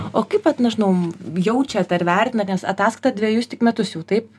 o kaip vat nežinau jaučiat ar vertinat nes ataskaita dvejus tik metus jau taip